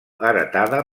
heretada